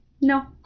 No